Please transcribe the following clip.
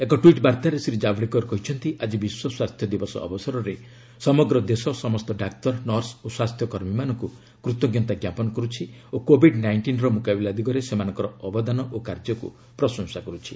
ଏକ ଟ୍ୱିଟ୍ ବାର୍ଭାରେ ଶ୍ରୀ ଜାବଡେକର କହିଛନ୍ତି ଆଳି ବିଶ୍ୱ ସ୍ୱାସ୍ଥ୍ୟ ଦିବସ ଅବସରରେ ସମଗ୍ର ଦେଶ ସମସ୍ତ ଡାକ୍ତର ନର୍ସ ଓ ସ୍ୱାସ୍ଥ୍ୟ କର୍ମୀମାନଙ୍କୁ କୃତଜ୍ଞତା ଜ୍ଞାପନ କରୁଛି ଓ କୋଭିଡ୍ ନାଇଷ୍ଟିନ୍ର ମୁକାବିଲା ଦିଗରେ ସେମାନଙ୍କର ଅବଦାନ ଓ କାର୍ଯ୍ୟକୁ ପ୍ରଶଂସା କରୁଛି